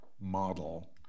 model